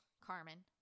Carmen